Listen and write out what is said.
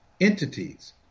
entities